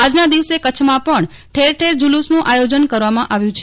ઉપરાંત કચ્છમાં પણ ઠેરઠેર જુલુસનું આયોજન કરવામાં આવ્યું છે